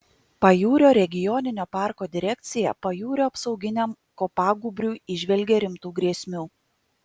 pajūrio regioninio parko direkcija pajūrio apsauginiam kopagūbriui įžvelgia rimtų grėsmių